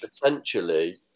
potentially